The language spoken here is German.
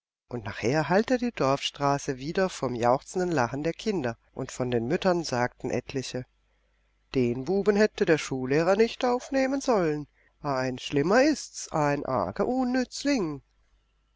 und nachher hallte die dorfstraße wider vom jauchzenden lachen der kinder und von den müttern sagten etliche den buben hätte der schullehrer nicht aufnehmen sollen ein schlimmer ist's ein arger unnützling